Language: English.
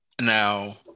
Now